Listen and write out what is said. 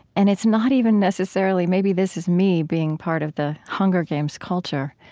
and it's not even necessarily maybe this is me being part of the hunger games culture.